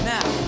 Now